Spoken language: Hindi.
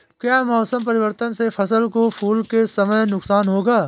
क्या मौसम परिवर्तन से फसल को फूल के समय नुकसान होगा?